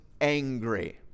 angry